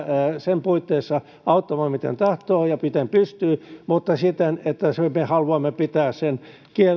sen puitteissa olla valmius auttamaan miten tahtoo ja miten pystyy mutta siten että me haluamme pitää sen